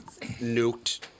nuked